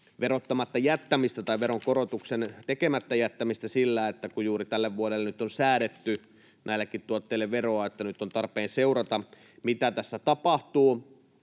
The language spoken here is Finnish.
verottamatta jättämistä tai veronkorotuksen tekemättä jättämistä sillä, että kun juuri tälle vuodelle nyt on säädetty näillekin tuotteille veroa, nyt on tarpeen seurata, mitä tässä tapahtuu.